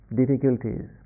difficulties